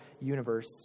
universe